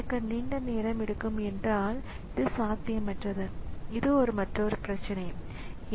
எனவே இங்கே இதுதான் பூட்ஸ்ட்ராப் அல்லது இந்த ரோம் அல்லது EPROM